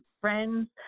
friends